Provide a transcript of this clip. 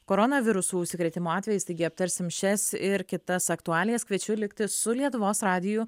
koronaviruso užsikrėtimo atvejis taigi aptarsim šias ir kitas aktualijas kviečiu likti su lietuvos radiju